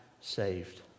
saved